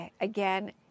again